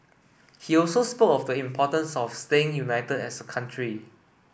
he also spoke of the importance of staying united as a country